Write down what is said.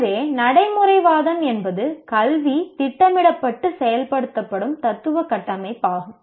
எனவே நடைமுறைவாதம் என்பது கல்வித் திட்டமிடப்பட்டு செயல்படுத்தப்படும் தத்துவ கட்டமைப்பாகும்